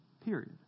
Period